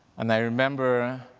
and i remember